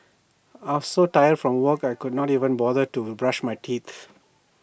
I was so tired from work I could not even bother to brush my teeth